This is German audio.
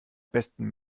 besten